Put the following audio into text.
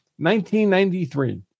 1993